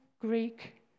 Greek